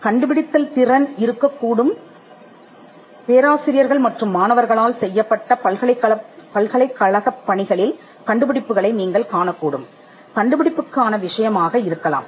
கண்டுபிடிப்பாக இருக்கலாம் பேராசிரியர்கள் மற்றும் மாணவர்களால் செய்யப்பட்ட பல்கலைக்கழக படைப்புகளில் அவற்றை நீங்கள் காணலாம் கண்டுபிடிப்புக்கான விஷயமாக இருக்கலாம்